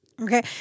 Okay